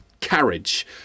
carriage